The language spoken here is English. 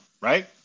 right